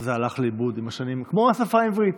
זה הלך לאיבוד עם השנים, כמו השפה העברית.